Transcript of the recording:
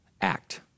act